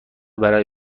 برای